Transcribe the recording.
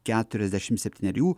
keturiasdešim septynerių